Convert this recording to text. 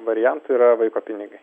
variantų yra vaiko pinigai